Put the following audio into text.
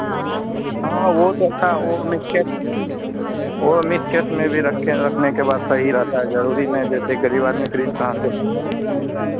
हाँ वो तो अच्छा वो मिटकेस वो मिटकेस में भी रखे रखने के बाद सही रहता है जरूरी नहीं है जैसे गरीब आदमी फ्रीज कहाँ से लाएगा